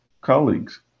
colleagues